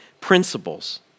principles